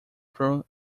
through